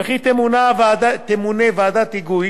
וכי תמונה ועדת היגוי